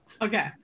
Okay